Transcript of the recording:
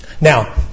Now